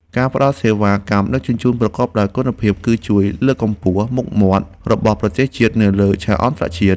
ការផ្ដល់សេវាកម្មដឹកជញ្ជូនប្រកបដោយគុណភាព គឺជួយលើកកម្ពស់មុខមាត់របស់ប្រទេសជាតិនៅលើឆាកអន្តរជាតិ។